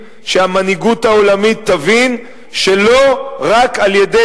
שהמנהיגות העולמית תבין שלא רק על-ידי